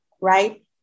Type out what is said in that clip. Right